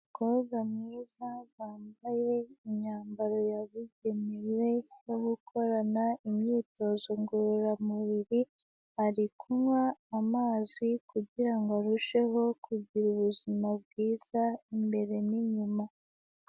Umukobwa mwiza wambaye imyambaro yabugenewe yo gukorana imyitozo ngororamubiri, ari kunywa amazi kugira ngo arusheho kugira ubuzima bwiza imbere n'inyuma.